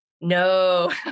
No